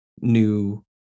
new